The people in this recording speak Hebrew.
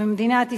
במדינת ישראל,